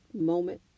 moment